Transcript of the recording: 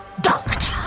Doctor